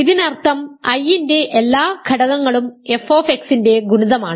ഇതിനർത്ഥം I ന്റെ എല്ലാ ഘടകങ്ങളും f ന്റെ ഗുണിതമാണ്